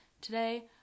today